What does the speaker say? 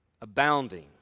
abounding